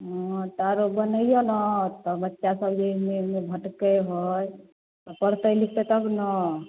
हूँ तऽ आरो बनैऔ ने तऽ बच्चा सब जे एन्ने उन्ने भटकैत हइ तऽ पढ़तै लिखतै तब ने